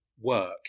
work